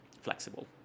flexible